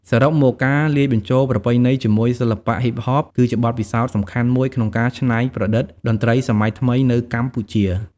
សរុបមក ការលាយបញ្ចូលប្រពៃណីជាមួយសិល្បៈហ៊ីបហប គឺជាបទពិសោធន៍សំខាន់មួយក្នុងការច្នៃប្រឌិតតន្ត្រីសម័យថ្មីនៅកម្ពុជា។